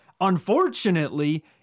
unfortunately